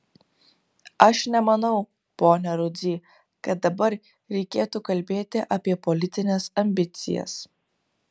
aš nemanau pone rudzy kad dabar reikėtų kalbėti apie politines ambicijas